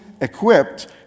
equipped